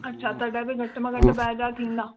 अच्छा तॾहिं बि घट में घटि ॿ हज़ार थींदा